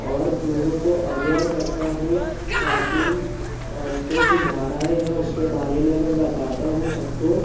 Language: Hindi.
और लोगों को अवेयर करता हूँ प्राचीन कुछ धाराऍं हैं उसके बारे में मैं बताता हूँ सबको